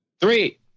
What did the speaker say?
three